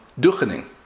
Duchening